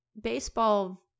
baseball